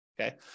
okay